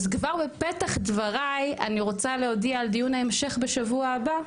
אז כבר בפתח דבריי אני רוצה להודיע על דיון ההמשך בשבוע הבא,